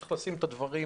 צריכים לשים את הדברים